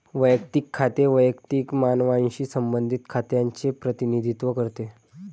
वैयक्तिक खाते वैयक्तिक मानवांशी संबंधित खात्यांचे प्रतिनिधित्व करते